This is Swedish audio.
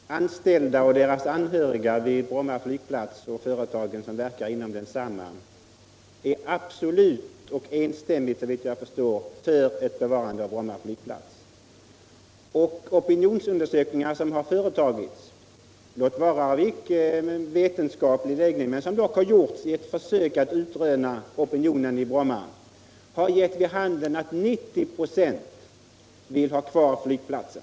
Herr talman! Nära 10 000 anställda och deras anhöriga vid Bromma flygplats och företagen som verkar inom den är absolut och enstämmigt, såvitt jag förstår, för ett bevarande av Bromma flygplats. Opinionsundersökningar som har företagits — låt vara icke vetenskapligt upplagda men dock genomförda i ett försök att utröna opinionen i Bromma — har givit vid handen att 90 96 vill ha kvar flygplatsen.